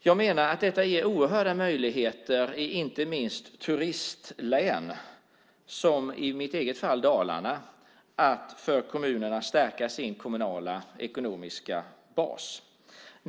Jag menar att detta ger oerhörda möjligheter - inte minst i turistlän som mitt eget Dalarna - för kommunerna att stärka sin ekonomiska bas.